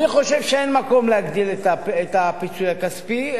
אני חושב שאין מקום להגדיל את הפיצוי הכספי,